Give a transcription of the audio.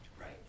Right